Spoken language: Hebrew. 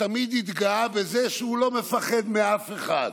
שתמיד התגאה בזה שהוא לא מפחד מאף אחד.